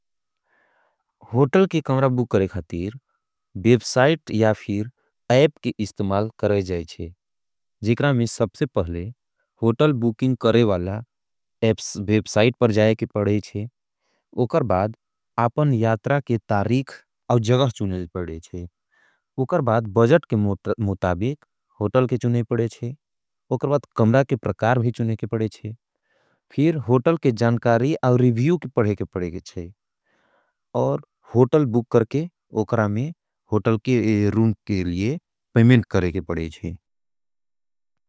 होटल के कमरा बूक करे खातीर वेबसाइट या फिर एप के इस्तुमाल करे जाएचे। जिकरा में सबसे पहले होटल बूकिंग करे वाला वेबसाइट पर जाये के पड़ेचे। उकर बाद आपन यात्रा के तारीक और जगह चुने पड़ेचे। उकर बाद बजट के मुताबिक होटल के चुने पड़ेचे। उकर बाद कमरा के प्रकार भी चुने के पड़ेचे। फिर होटल के जानकारी और रिवियू के पड़े के पड़ेचे। और होटल बुक करके उकरा में होटल के रूम के लिए पैमेंट करके पड़ेचे।